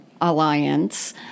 Alliance